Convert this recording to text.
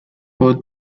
both